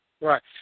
Right